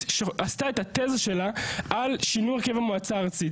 שעשתה את התזה שלה על שינוי הרכב המועצה הארצית.